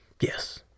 Yes